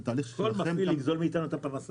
זה תהליך -- כל מפעיל יגזול מאתנו את הפרנסה.